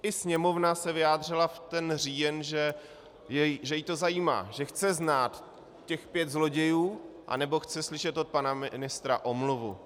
I Sněmovna se vyjádřila ten říjen, že ji to zajímá, že chce znát těch pět zlodějů, anebo chce slyšet od pana ministra omluvu.